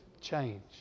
change